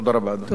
תודה רבה, אדוני.